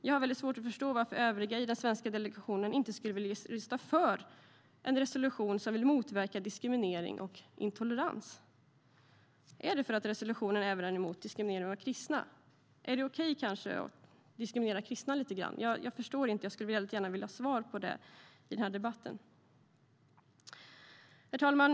Jag har väldigt svårt att förstå varför övriga i den svenska delegationen inte skulle vilja rösta för en resolution som vill motverka diskriminering och intolerans. Är det för att resolutionen även är emot diskriminering av kristna? Är det kanske okej att diskriminera kristna lite grann? Jag förstår det inte, och jag skulle väldigt gärna vilja ha svar på det i den här debatten. Herr talman!